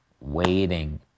waiting